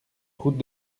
route